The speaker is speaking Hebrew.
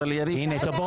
אבל יריב --- טופורובסקי,